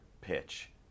pitch